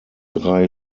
drei